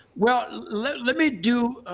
well, let let me do,